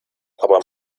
aber